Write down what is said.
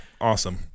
awesome